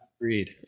Agreed